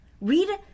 Read